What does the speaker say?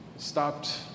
stopped